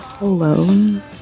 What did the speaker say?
alone